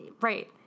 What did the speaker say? right